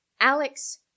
Alex